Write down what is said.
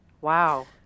Wow